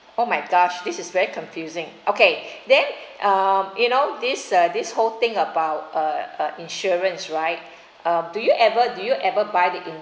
oh my gosh this is very confusing okay then um you know this uh this whole thing about uh uh insurance right uh do you ever do you ever buy the